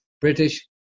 British